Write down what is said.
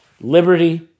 liberty